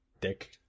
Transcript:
Dick